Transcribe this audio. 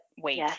wait